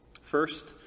First